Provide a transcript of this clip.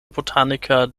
botaniker